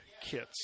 kits